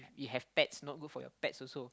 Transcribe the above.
you have pets not good for your pets also